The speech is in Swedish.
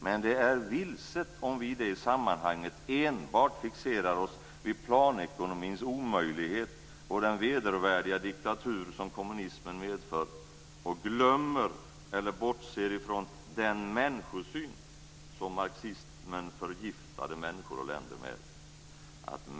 Men det är vilset om vi i det sammanhanget enbart fixerar oss vid planekonomins omöjlighet och den vedervärdiga diktatur som kommunismen medför och glömmer eller bortser från den människosyn som marxismen förgiftade människor och länder med.